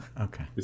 Okay